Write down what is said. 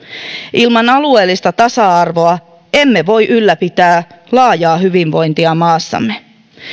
ilman alueellista tasa arvoa emme voi ylläpitää laajaa hyvinvointia maassamme